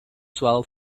swell